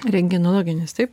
rentgenologinis taip